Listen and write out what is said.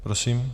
Prosím.